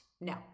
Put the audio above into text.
No